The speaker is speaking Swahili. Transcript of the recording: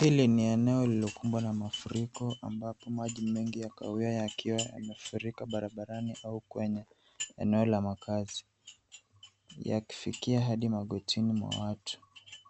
Hili ni eneo lililokumbwa na mafuriko ambapo maji mengi ya kahawia yakiwa yamefurika barabarani au kwenye eneo la makaazi yakifikia hadi magotini mwa watu.